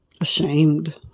ashamed